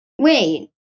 wait